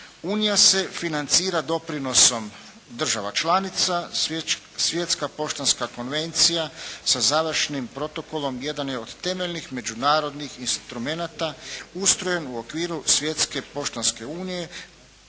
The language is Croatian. Unija se financira doprinosom država članica, svjetska poštanska konvencija sa završnim protokolom jedan je od temeljnih međunarodnih instrumenata ustrojen u okviru Svjetske poštanske unije